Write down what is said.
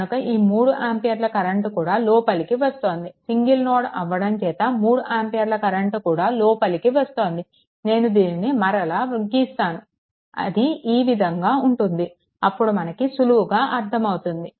కనుక ఈ 3 ఆంపియర్ల కరెంట్ కూడా లోపలికి వస్తోంది సింగల్ నోడ్ అవ్వడం చేత 3 ఆంపియర్ల కరెంట్ కూడా లోపలికి వస్తుంది నేను దీనిని వేరేలా గీస్తాను అది ఈ విధంగా ఉంటుంది అప్పుడు మనకి సులువుగా అర్థం అవుతుంది